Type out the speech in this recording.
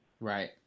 right